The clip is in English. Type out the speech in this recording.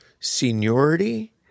seniority